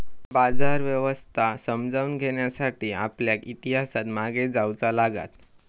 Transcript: बाजार व्यवस्था समजावून घेण्यासाठी आपल्याक इतिहासात मागे जाऊचा लागात